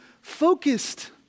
focused